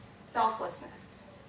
selflessness